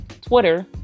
Twitter